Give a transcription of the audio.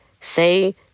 say